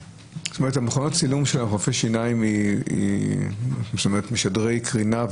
מכונות הצילום של רופא שיניים משדרי קרינה,